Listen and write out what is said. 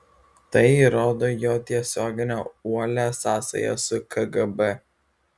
tai įrodo jo tiesioginę uolią sąsają su kgb